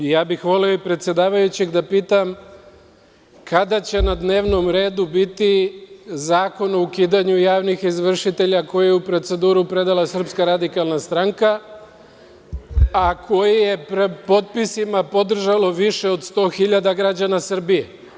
Ja bih voleo i predsedavajućeg da pitam - kada će na dnevnom redu biti zakon o ukidanju javnih izvršitelja, koji je u proceduru predala Srpska radikalna stranka, a koji je potpisima podržalo više od 100 hiljada građana Srbije?